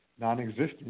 non-existent